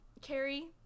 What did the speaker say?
Carrie